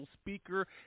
speaker